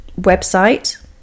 website